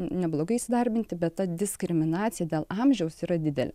neblogai įsidarbinti bet ta diskriminacija dėl amžiaus yra didelė